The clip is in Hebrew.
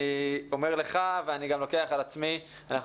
אני אומר לך ואני גם לוקח על עצמי: אנחנו